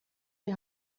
die